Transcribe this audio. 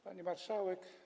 Pani Marszałek!